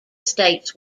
states